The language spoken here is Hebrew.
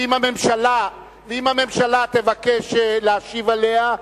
ואם הממשלה תבקש להשיב עליה,